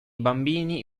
bambini